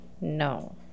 No